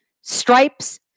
stripes